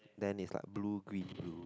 then is like blue green blue